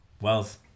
Wells